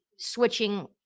switching